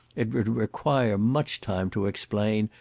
it would require much time to explain,